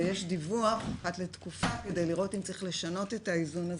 ויש דיווח אחת לתקופה כדי לראות אם צריך לשנות את האיזון.